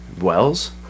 Wells